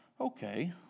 Okay